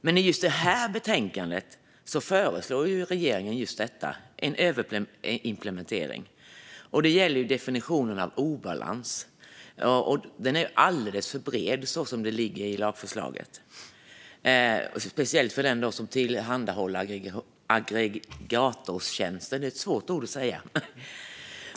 Men i just detta betänkande föreslår regeringen en överimplementering. Det gäller definitionen av obalans, som är alldeles för bred så som den ser ut i lagförslaget - speciellt för den som tillhandahåller aggregatortjänsten.